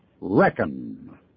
Reckon